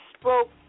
Spoke